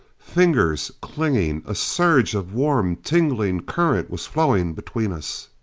fingers, clinging. a surge of warm, tingling current was flowing between us.